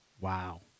Wow